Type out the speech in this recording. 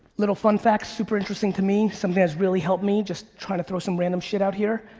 little fun fact, super interesting to me, something that's really helped me, just trying to throw some random shit out here,